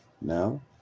now